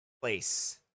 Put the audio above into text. place